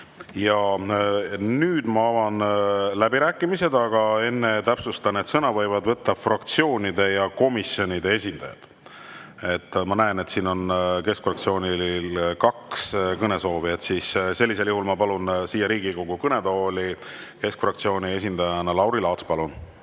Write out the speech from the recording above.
Nüüd ma avan läbirääkimised, aga enne täpsustan, et sõna võivad võtta fraktsioonide ja komisjonide esindajad. Ma näen, et keskfraktsioonist on kaks kõnesoovijat. Sellisel juhul ma palun Riigikogu kõnetooli keskfraktsiooni esindajana Lauri Laatsi. Palun!